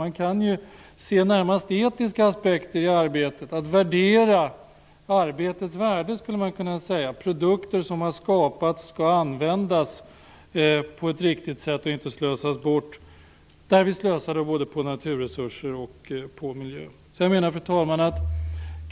Man kan se närmast etiska aspekter i arbetet, att värdera arbetet; produkter som har skapats skall användas på ett riktigt sätt och inte slösas bort på ett sätt där vi slösar både på naturresurser och på miljön. Fru talman!